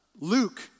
Luke